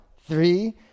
three